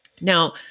Now